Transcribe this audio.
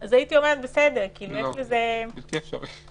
אז הייתי אומרת בסדר -- לא, זה בלתי אפשרי.